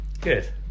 Good